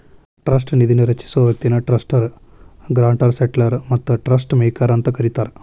trust ನಿಧಿನ ರಚಿಸೊ ವ್ಯಕ್ತಿನ ಟ್ರಸ್ಟರ್ ಗ್ರಾಂಟರ್ ಸೆಟ್ಲರ್ ಮತ್ತ ಟ್ರಸ್ಟ್ ಮೇಕರ್ ಅಂತ ಕರಿತಾರ